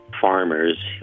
farmers